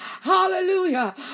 Hallelujah